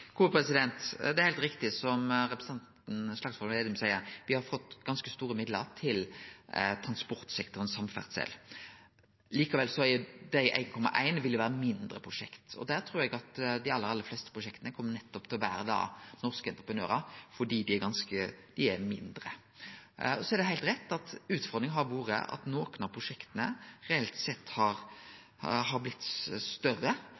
Det er heilt riktig som representanten Slagsvold Vedum seier, at vi har fått ganske store midlar til transportsektoren og samferdsel. Likevel, i dei 1,1 mrd. kr vil det vere mindre prosjekt. Der trur eg at dei aller, aller fleste prosjekta nettopp kjem til å vere norske entreprenørar, fordi dei er mindre. Så er det heilt rett at utfordringa har vore at nokre av prosjekta reelt sett har blitt større.